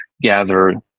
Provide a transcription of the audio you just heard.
gather